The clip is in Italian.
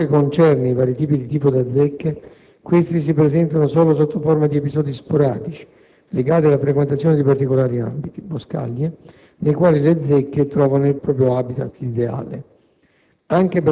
Per ciò che concerne i vari tipi di "tifo da zecche", questi si presentano solo sotto forma di episodi sporadici, legati alla frequentazione di particolari ambiti (ad esempio, boscaglie), nei quali le zecche trovano il proprio *habitat* ideale.